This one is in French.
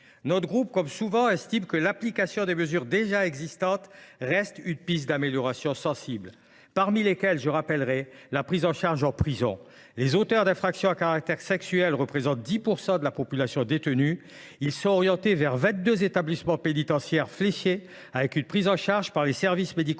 Notre groupe, comme souvent, estime que l’application des mesures existantes constituerait déjà une amélioration sensible. Prenons ainsi la prise en charge en prison. Les auteurs d’infractions à caractère sexuel représentent 10 % de la population détenue. Ils sont orientés vers vingt deux établissements pénitentiaires fléchés et pris en charge par les services médico